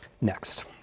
next